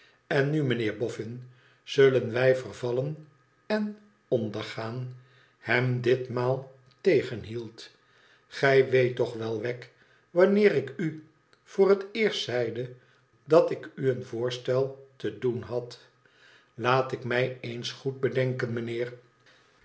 n nu meneer boffin zullen wij vervallen en ondergaan hem ditmaal tegenhield gij weet toch wel wegg wanneer ik u voor het eerst zeide dat ik u een voorstel te doen had laat ik mij eens goed bedenken meneer